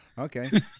Okay